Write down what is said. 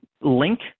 link